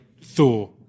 Thor